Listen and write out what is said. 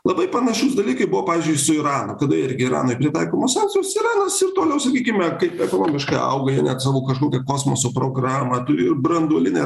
labai panašus dalykai buvo pavyzdžiui su iranu kada irgi iranui pritaikomos sankcijos iranas ir toliau sakykime kaip ekonomiškai auga jie net sakau kažkokią kosmoso programą turi ir branduolinę